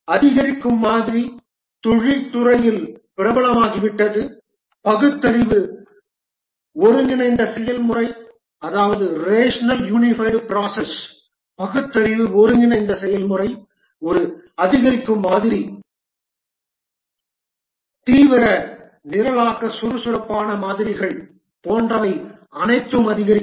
அதிகரிக்கும் மாதிரி தொழில்துறையில் பிரபலமாகிவிட்டது பகுத்தறிவு ஒருங்கிணைந்த செயல்முறை ஒரு அதிகரிக்கும் மாதிரி தீவிர நிரலாக்க சுறுசுறுப்பான மாதிரிகள் போன்றவை அனைத்தும் அதிகரிக்கும்